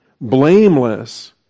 Blameless